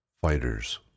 Fighters